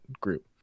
group